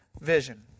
Vision